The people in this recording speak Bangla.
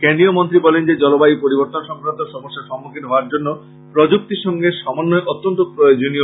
কেন্দ্রীয় মন্ত্রী বলেন যে জল বায়ু পরিবর্তন সংক্রান্ত সমস্যার সম্মুখীন হওয়ার জন্য প্রযুক্তির সঙ্গে সমন্বয় অত্যন্ত জরুরী